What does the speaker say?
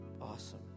awesome